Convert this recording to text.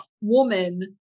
woman